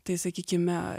tai sakykime